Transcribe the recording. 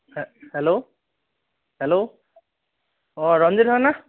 হে hello hello অঁ ৰঞ্জিত হয়নে